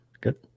Good